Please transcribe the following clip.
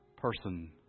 person